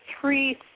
three